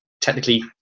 Technically